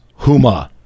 huma